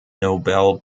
nobel